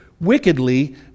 wickedly